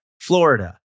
Florida